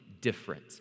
different